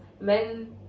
men